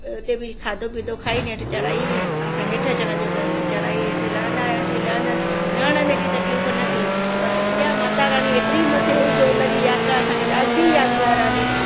अ उते बि खाधो पीतो खाई नेठि चढ़ाई असां हेठि अचण जो कयोसीं चढ़ाई हेठि लहंदा आयासि लहंदसि लहण में एॾी तकलीफ न थी पर इहा माता राणी एतिरी मथे हुई जो हुनजी यात्रा असांखे ॾाढी यादिगार रहंदी